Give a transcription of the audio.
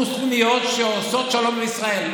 מוסלמיות, שעושות שלום עם ישראל?